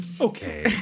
okay